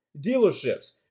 dealerships